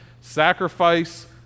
sacrifice